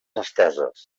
esteses